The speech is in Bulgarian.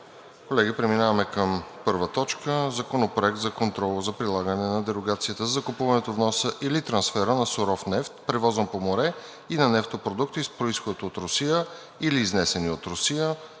Гласуваме на първо четене Законопроект за контрол за прилагане на дерогацията за закупуването, вноса или трансфера на суров нефт, превозван по море, и на нефтопродукти с произход от Русия или изнесени от Русия,